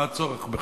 מה הצורך בכך?